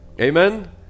Amen